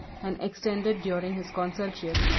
and extended, during his consulship,